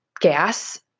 gas